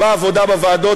בעבודה בוועדות.